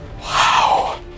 wow